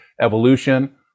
evolution